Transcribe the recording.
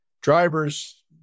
drivers